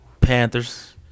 Panthers